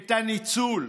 את הניצול,